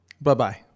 Bye-bye